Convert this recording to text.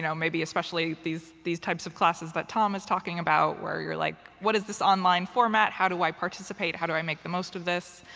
you know maybe especially these these types of classes that tom is talking about where you're like, what is this online format? how do i participate? how do i make the most of this